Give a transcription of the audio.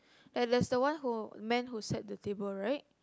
and there's the one who man who sat at the table right